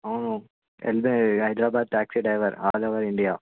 అవును LB Hyderabad taxi driver all over India